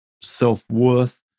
self-worth